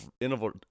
interval